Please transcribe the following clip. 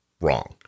wrong